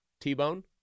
T-bone